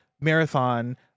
marathon